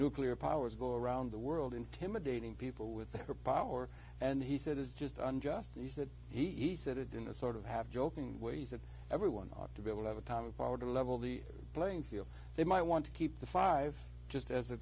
nuclear powers go around the world intimidating people with their power and he said it's just unjust these that he said it in a sort of half joking ways that everyone ought to be able to have atomic power to level the playing field they might want to keep the five just as a